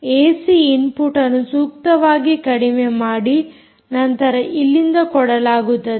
AC input ಅನ್ನು ಸೂಕ್ತವಾಗಿ ಕಡಿಮೆ ಮಾಡಿ ನಂತರ ಇಲ್ಲಿಂದ ಕೊಡಲಾಗುತ್ತದೆ